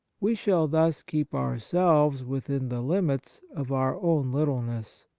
we shall thus keep our selves within the limits of our own little ness,